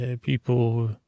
people